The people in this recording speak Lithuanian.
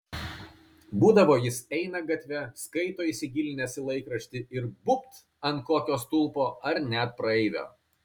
būdavo jis eina gatve skaito įsigilinęs į laikraštį ir būbt ant kokio stulpo ar net praeivio